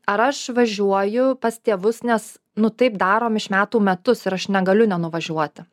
ar aš važiuoju pas tėvus nes nu taip darom iš metų metus ir aš negaliu nenuvažiuoti